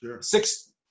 six